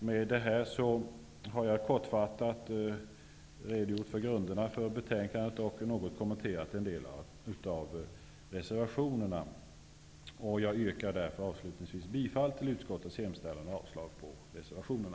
Med detta har jag kortfattat redogjort för betänkandets grunder och något kommenterat några av reservationerna. Jag yrkar avslutningsvis bifall till utskottets hemställan och avslag på reservationerna.